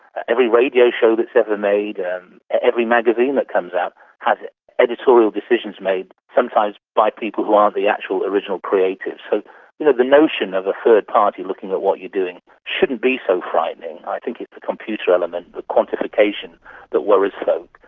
every radio show that's ever made, and every magazine that comes out has editorial decisions made, sometimes by people who aren't the actual original creators. so the the notion of a third party looking at what you're doing shouldn't be so frightening. i think it's the computer element, the quantification that worries folk.